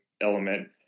element